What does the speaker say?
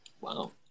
Wow